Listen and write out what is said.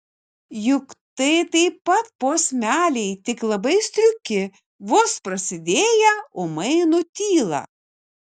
juk tai taip pat posmeliai tik labai striuki vos prasidėję ūmai nutyla